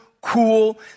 cool